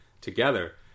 together